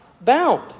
bound